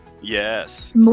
Yes